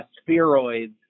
spheroids